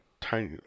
tiny